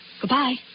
Goodbye